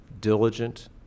diligent